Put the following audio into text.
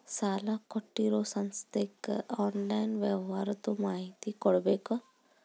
ಸಾಲಾ ಕೊಟ್ಟಿರೋ ಸಂಸ್ಥಾಕ್ಕೆ ಆನ್ಲೈನ್ ವ್ಯವಹಾರದ್ದು ಮಾಹಿತಿ ಕೊಡಬೇಕಾ?